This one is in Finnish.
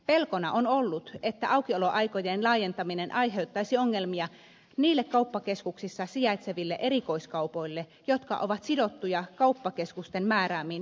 pelkona on ollut että aukioloaikojen laajentaminen aiheuttaisi ongelmia niille kauppakeskuksissa sijaitseville erikoiskaupoille jotka ovat sidottuja kauppakeskusten määräämiin maksimiaukioloaikoihin